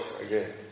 again